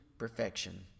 perfection